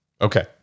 Okay